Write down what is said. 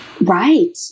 Right